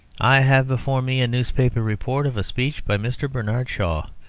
i have before me a newspaper report of a speech by mr. bernard shaw,